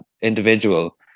individual